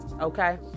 okay